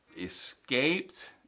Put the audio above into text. escaped